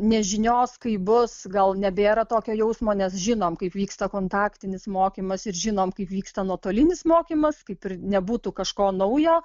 nežinios kaip bus gal nebėra tokio jausmo nes žinom kaip vyksta kontaktinis mokymas ir žinom kaip vyksta nuotolinis mokymas kaip ir nebūtų kažko naujo